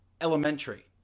Elementary